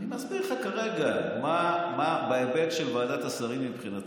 אני מסביר לך כרגע בהיבט של ועדת השרים מבחינתך.